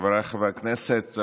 חבריי חברי הכנסת,